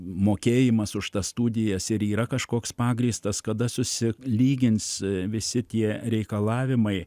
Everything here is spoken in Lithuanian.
mokėjimas už tas studijas ir yra kažkoks pagrįstas kada susilygins visi tie reikalavimai